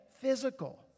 physical